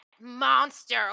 monster